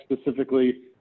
specifically